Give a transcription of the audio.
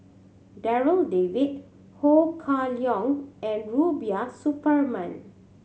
Darryl David Ho Kah Leong and Rubiah Suparman